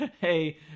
Hey